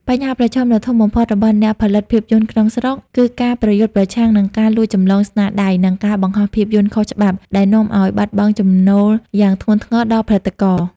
បញ្ហាប្រឈមដ៏ធំបំផុតរបស់អ្នកផលិតភាពយន្តក្នុងស្រុក គឺការប្រយុទ្ធប្រឆាំងនឹងការលួចចម្លងស្នាដៃ និងការបង្ហោះភាពយន្តខុសច្បាប់ដែលនាំឱ្យបាត់បង់ចំណូលយ៉ាងធ្ងន់ធ្ងរដល់ផលិតករ។